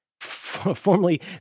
formerly